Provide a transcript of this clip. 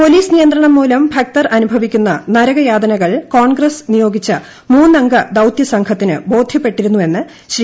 പോലീസ്ട് നീയന്ത്രണം മൂലം ഭക്തർ അനുഭവിക്കുന്ന നരകയാതനക്ക്ൾ കോൺഗ്രസ് നിയോഗിച്ച മൂന്നംഗ ദൌത്യസംഘത്തിന് ബോധ്യപ്പെട്ടിരുന്നെന്ന് ശ്രീ